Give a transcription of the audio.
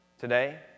today